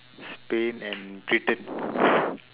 spain and britain